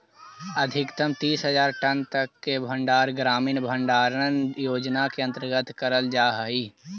अधिकतम तीस हज़ार टन तक के भंडारण ग्रामीण भंडारण योजना के अंतर्गत करल जा हई